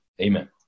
Amen